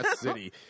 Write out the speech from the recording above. city